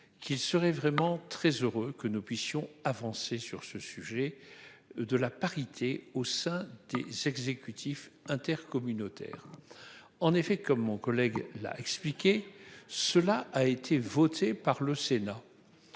qui serait vraiment très heureux que nous puissions avancer sur ce sujet. De la parité au sein des exécutifs intercommunautaires. En effet, comme mon collègue là expliqué cela a été voté par le Sénat.